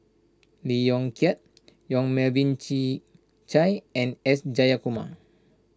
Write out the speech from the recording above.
Lee Yong Kiat Yong Melvin Yik Chye and S Jayakumar